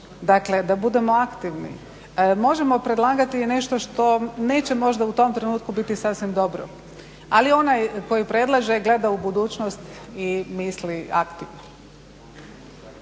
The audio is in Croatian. da budemo aktivni. Možemo predlagati i nešto što neće možda u tom trenutku biti sasvim dobro, ali onaj koji predlaže gleda u budućnosti i misli aktivno.